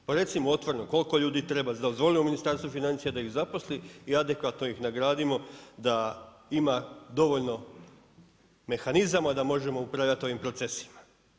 Pa recimo otvoreno koliko ljudi treba, … Ministarstvu financija da ih zaposli i adekvatno ih nagradimo da ima dovoljno mehanizama da možemo upravljati ovim procesima.